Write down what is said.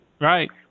Right